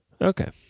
Okay